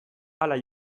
hala